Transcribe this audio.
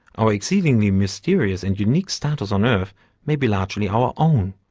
our exceedingly mysterious and unique status on earth may be largely our own,